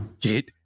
get